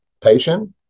patient